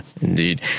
Indeed